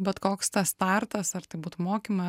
bet koks tas startas ar tai būt mokymai